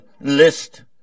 list